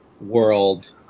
world